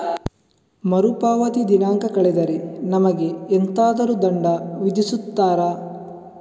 ಮರುಪಾವತಿ ದಿನಾಂಕ ಕಳೆದರೆ ನಮಗೆ ಎಂತಾದರು ದಂಡ ವಿಧಿಸುತ್ತಾರ?